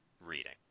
reading